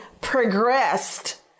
progressed